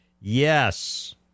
yes